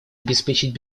обеспечить